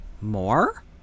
More